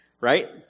right